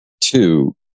two